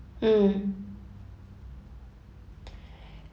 mm